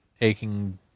taking